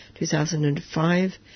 2005